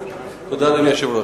תודה, אדוני היושב-ראש.